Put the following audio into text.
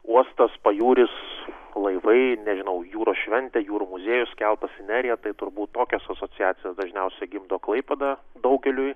uostas pajūris laivai nežinau jūros šventė jūrų muziejus keltas į neriją tai turbūt tokias asociacijas dažniausiai gimdo klaipėda daugeliui